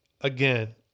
again